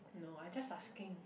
no I just asking